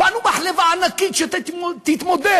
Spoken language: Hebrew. בנו מחלבה ענקית שתתמודד.